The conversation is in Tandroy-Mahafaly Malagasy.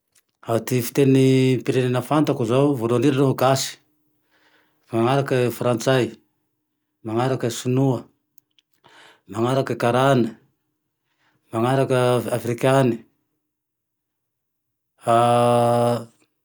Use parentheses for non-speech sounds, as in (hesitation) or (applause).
Ah ty fitenim-pirenena fantako, voalohan'indrindra zao gasy, manarake frantsay, manarake sonoa, manarake karany, manaraka afrikany, ahh (hesitation)